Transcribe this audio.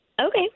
Okay